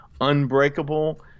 Unbreakable